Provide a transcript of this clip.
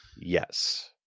yes